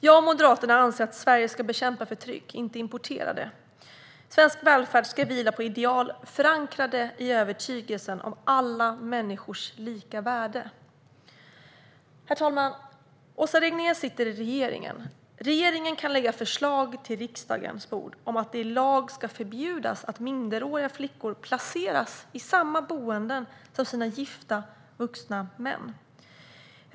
Jag och Moderaterna anser att Sverige ska bekämpa förtryck, inte importera det. Svensk välfärd ska vila på ideal förankrade i övertygelsen om alla människors lika värde. Herr talman! Åsa Regnér sitter i regeringen. Regeringen kan lägga förslag på riksdagens bord om att det i lag ska förbjudas att minderåriga flickor placeras i samma boenden som de vuxna män de är gifta med.